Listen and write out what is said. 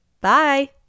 Bye